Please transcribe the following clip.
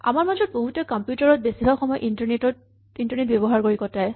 আমাৰ মাজৰ বহুতে কম্পিউটাৰত বেছিভাগ সময় ইন্টাৰনেট ব্যৱহাৰ কৰি কটায়